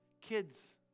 Kids